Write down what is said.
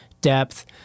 depth